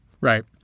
Right